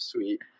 Sweet